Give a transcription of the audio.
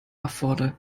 erfordert